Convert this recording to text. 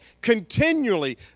continually